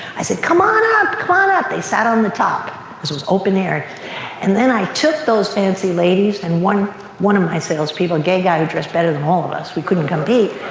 i said come on up, come on up. they sat on the top was was open aired and then i took those fancy ladies and one one of my salespeople, a gay guy who dressed better than all of us. we couldn't compete.